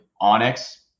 onyx